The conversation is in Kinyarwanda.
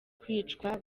kwicwa